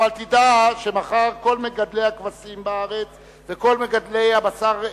אבל תדע שמחר כל מגדלי הכבשים בארץ וכל מגדלי הבשר,